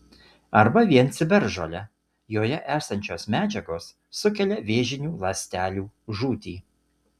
arba vien ciberžole joje esančios medžiagos sukelia vėžinių ląstelių žūtį